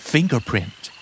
Fingerprint